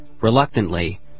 Reluctantly